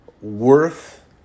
worth